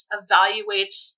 evaluates